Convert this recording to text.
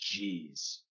Jeez